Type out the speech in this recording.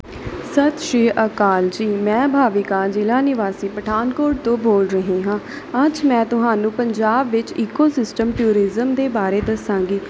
ਸਤਿ ਸ਼੍ਰੀ ਅਕਾਲ ਜੀ ਮੈਂ ਭਾਵਿਕਾ ਜ਼ਿਲ੍ਹਾ ਨਿਵਾਸੀ ਪਠਾਨਕੋਟ ਤੋਂ ਬੋਲ ਰਹੀ ਹਾਂ ਅੱਜ ਮੈਂ ਤੁਹਾਨੂੰ ਪੰਜਾਬ ਵਿੱਚ ਈਕੋ ਸਿਸਟਮ ਟਿਊਰੀਜ਼ਮ ਦੇ ਬਾਰੇ ਦੱਸਾਂਗੀ